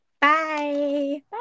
Bye